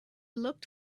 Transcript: looked